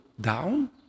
down